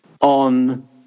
on